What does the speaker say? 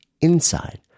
inside